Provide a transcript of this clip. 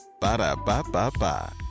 Ba-da-ba-ba-ba